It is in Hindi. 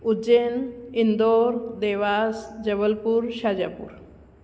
उज्जैन इंदौर देवास जबलपुर शाजापुर